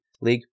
League